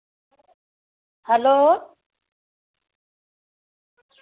hello